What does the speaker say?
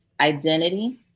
identity